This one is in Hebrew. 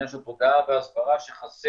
עניין של תודעה והסברה שחסר,